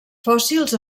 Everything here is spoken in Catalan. fòssils